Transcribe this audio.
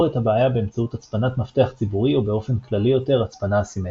את הבעיה באמצעות הצפנת מפתח ציבורי או באופן כללי יותר הצפנה אסימטרית.